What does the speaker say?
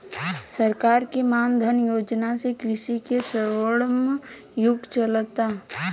सरकार के मान धन योजना से कृषि के स्वर्णिम युग चलता